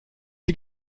sie